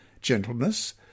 gentleness